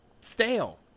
stale